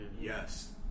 Yes